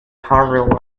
harvard